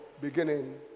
beginning